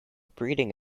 breeding